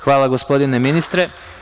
Hvala, gospodine ministre.